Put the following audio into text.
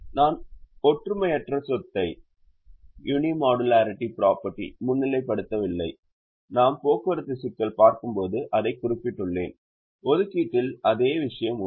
நான் ஒற்றுமையற்ற சொத்தை முன்னிலைப்படுத்தவில்லை நாம் போக்குவரத்து சிக்கல் பார்க்கும்போது அதைக் குறிப்பிட்டுள்ளேன் ஒதுக்கீட்டில் அதே விஷயம் உண்மை